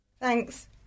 Thanks